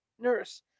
Nurse